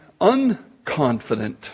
unconfident